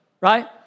right